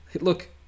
look